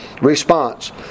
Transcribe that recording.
response